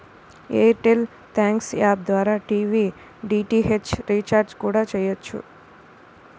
air tell thanks app ద్వారా TV DTH recharge కూడా చెయ్యొచ్చు